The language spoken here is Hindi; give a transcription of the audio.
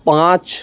पाँच